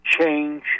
change